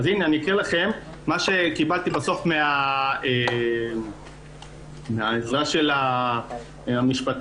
אקרא לכם מה שקיבלתי בסוף מן העזרה המשפטית.